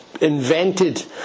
invented